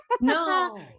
No